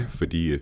fordi